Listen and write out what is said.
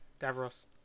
Davros